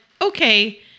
okay